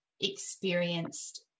experienced